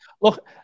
Look